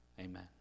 Amen